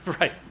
Right